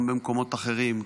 גם במקומות אחרים,